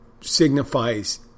signifies